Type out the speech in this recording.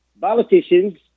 politicians